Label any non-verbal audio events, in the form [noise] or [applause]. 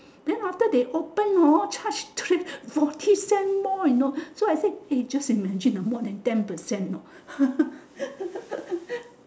then after they open hor charge forty cent more you know so I said eh just imagine ah more than ten percent hor [laughs]